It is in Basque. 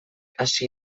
hasi